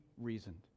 reasoned